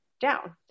down